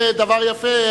זה דבר יפה,